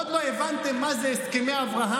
עוד לא הבנתם מה זה הסכמי אברהם,